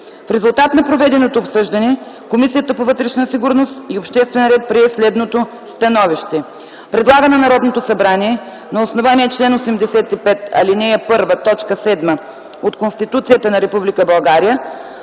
В резултат на проведеното обсъждане, Комисията по вътрешна сигурност и обществен ред прие следното становище: Предлага на Народното събрание, на основание чл. 85, ал. 1, т. 7 от Конституцията на